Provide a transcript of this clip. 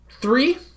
three